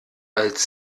als